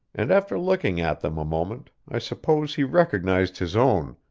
and after looking at them a moment i suppose he recognised his own,